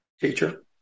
teacher